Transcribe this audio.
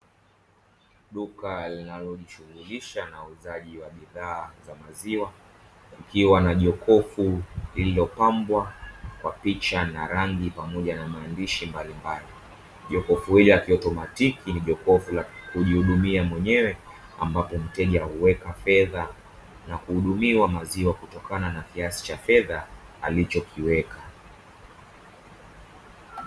Duka linalojishughulisha na uuzaji wa bidhaa za maziwa kukiwa na jokofu lililopambwa kwa picha na rangi pamoja na maandishi mbalimbali, jokofu hili la kiutomatiki ni jokofu la kujihudumia mwenyewe ambapo mteja huweka fedha na kuhudumiwa maziwa kutokana na kiasi cha fedha alichokiweka.